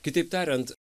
kitaip tariant